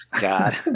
god